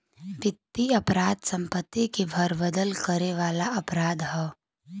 वित्तीय अपराध संपत्ति में फेरबदल करे वाला अपराध हौ